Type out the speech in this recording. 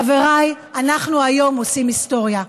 חבריי, אנחנו היום עושים היסטוריה.